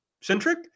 centric